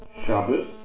Shabbos